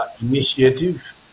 Initiative